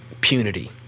punity